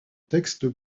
texte